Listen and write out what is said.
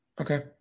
Okay